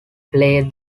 play